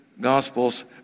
gospel's